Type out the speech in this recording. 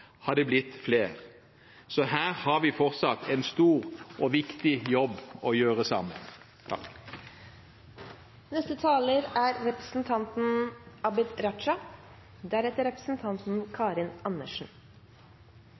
har det blitt flere. Så her har vi fortsatt en stor og viktig jobb å gjøre sammen.